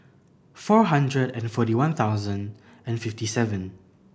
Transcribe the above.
four hundred and forty one thousand fifty seven